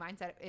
mindset